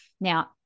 Now